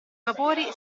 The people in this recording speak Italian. vapori